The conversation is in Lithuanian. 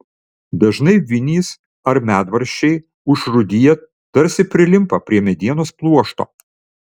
dažnai vinys ar medvaržčiai užrūdiję tarsi prilimpa prie medienos pluošto